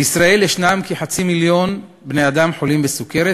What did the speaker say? בישראל ישנם כחצי מיליון בני-אדם שחולים בסוכרת